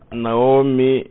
naomi